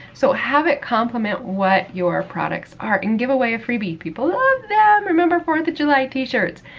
so, have it complement what your products are, and give away a freebie. people love them. remember, fourth of july t-shirts.